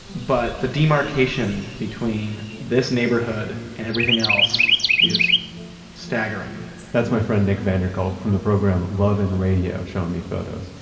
but the demarcation between this neighborhood and everything else is staggering that's my friend nick vanderkolk from the program love and radio showing me photos.